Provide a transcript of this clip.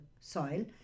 soil